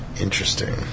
Interesting